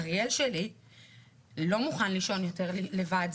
אריאל שלי לא מוכן לישון יותר לבד,